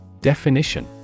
Definition